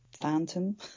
phantom